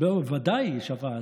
ודאי, היא שווה.